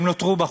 הם נותרו בחוץ.